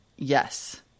Yes